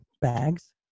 bags